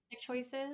choices